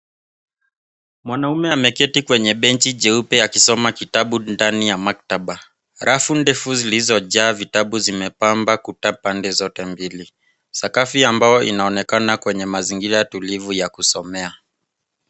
Mwanaume ameketi kwenye benchi jeupe akisoma kitabu ndani ya maktaba. Rafu ndefu zilizojaa vitabu zimepamba kuta pande zote mbili. Sakafu ya mbao inaonekana kwenye mazingira tulivu ya kusomea.